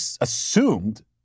assumed